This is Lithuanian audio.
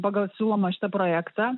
pagal siūlomą šitą projektą